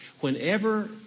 whenever